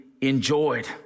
enjoyed